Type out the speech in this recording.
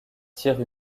tire